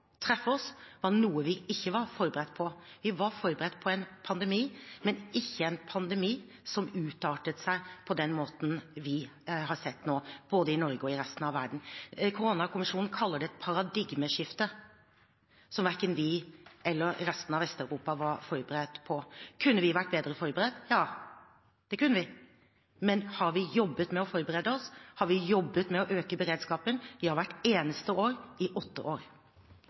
var noe vi ikke var forberedt på. Vi var forberedt på en pandemi, men ikke en pandemi som artet seg på den måten vi har sett nå, både i Norge og i resten av verden. Koronakommisjonen kaller det et paradigmeskifte, som verken vi eller resten av Vest-Europa var forberedt på. Kunne vi vært bedre forberedt? Ja, det kunne vi, men har vi jobbet med å forberede oss? Har vi jobbet med å øke beredskapen? Det har vi gjort hvert eneste år i åtte år.